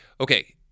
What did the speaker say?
okay